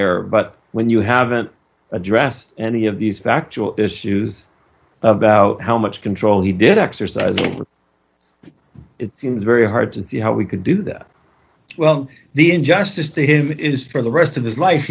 error but when you haven't addressed any of these factual issues about how much control he did exercise it seems very hard to see how we could do that well the injustice to him is for the rest of his life